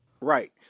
Right